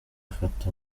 afata